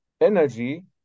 energy